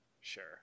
Sure